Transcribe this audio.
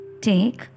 Take